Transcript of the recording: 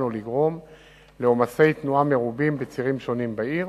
או לגרום עומסי תנועה מרובים בצירים שונים בעיר.